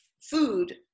food